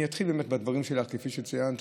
אני אתחיל באמת בדברים שלך: כפי שציינת,